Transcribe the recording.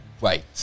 Right